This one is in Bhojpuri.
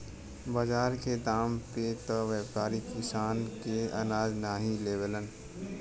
बाजार के दाम पे त व्यापारी किसान के अनाज नाहीं लेवलन